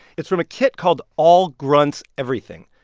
it's from a kit called all grunts everything.